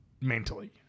mentally